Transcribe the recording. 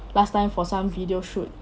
last time for some video shoot